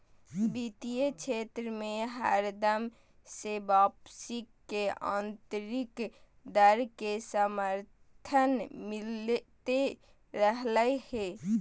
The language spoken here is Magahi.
वित्तीय क्षेत्र मे हरदम से वापसी के आन्तरिक दर के समर्थन मिलते रहलय हें